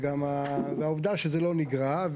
והעובדה שזה לא נגרע.